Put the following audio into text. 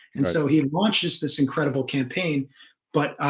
and so he launches this incredible campaign but